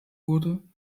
wurde